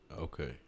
Okay